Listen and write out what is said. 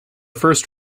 first